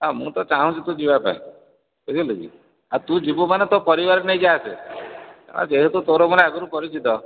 ହଁ ମୁଁ ତ ଚାହୁଁଛି ତୁ ଯିବା ପାଇଁ ବୁଝିଲୁ କି ଆଉ ତୁ ଯିବୁ ମାନେ ତୋ ପରିବାର ନେଇକି ଆସେ ଆଉ ଯେହେତୁ ତୋର ମୋର ଆଗରୁ ପରିଚିତ